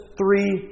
three